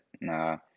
nah